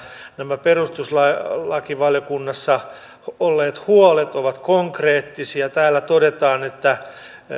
nämä perustuslakivaliokunnassa olleet huolet ovat konkreettisia täällä todetaan